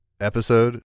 episode